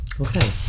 Okay